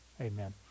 Amen